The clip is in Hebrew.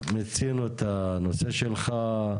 מיצינו את הנושא שלך.